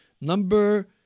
Number